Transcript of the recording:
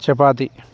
chapati